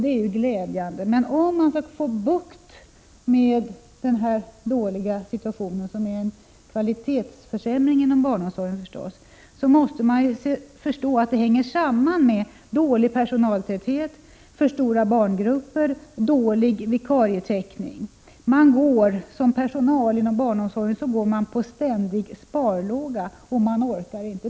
Det är ju glädjande. Men om man skall få bukt med denna situation, som innebär en kvalitetsförsämring av barnomsorgen, måste man förstå att den hänger samman med dålig personaltäthet, för stora barngrupper och dålig vikarietäckning. Personalen inom barnomsorgen går ständigt på sparlåga och orkar inte.